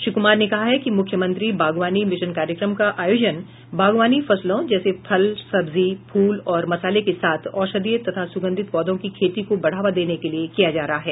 श्री क्मार ने कहा है कि मुख्यमंत्री बागवानी मिशन कार्यक्रम का आयोजन बागवानी फसलों जैसे फल सब्जी फूल और मसाले के साथ औषधीय तथा सुगंधित पौधों की खेती को बढ़ावा देने के लिए किया जा रहा है